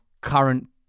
current